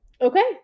Okay